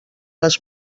les